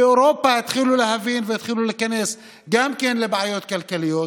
באירופה התחילו להבין והתחילו להיכנס גם כן לבעיות כלכליות,